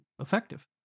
effective